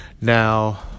now